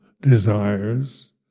desires